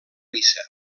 missa